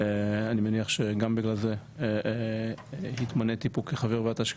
אני מניח שגם בגלל זה התמניתי פה כחבר ועדת ההשקעות.